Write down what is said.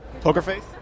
Pokerface